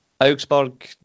Augsburg